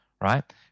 right